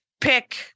pick